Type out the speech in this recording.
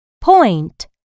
Point